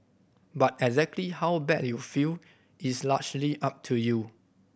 but exactly how bad you feel is largely up to you